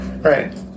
right